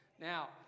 Now